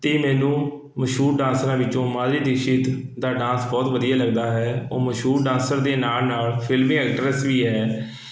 ਅਤੇ ਮੈਨੂੰ ਮਸ਼ਹੂਰ ਡਾਂਸਰਾਂ ਵਿੱਚੋਂ ਮਾਝੇ ਦੀ ਸ਼ੀਤ ਦਾ ਡਾਂਸ ਬਹੁਤ ਵਧੀਆ ਲੱਗਦਾ ਹੈ ਉਹ ਮਸ਼ਹੂਰ ਡਾਂਸਰ ਦੇ ਨਾਲ਼ ਨਾਲ਼ ਫ਼ਿਲਮੀ ਐਕਟਰਸ ਵੀ ਹੈ